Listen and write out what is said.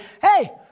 hey